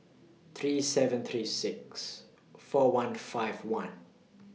three seven three six four one and five one